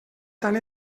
tant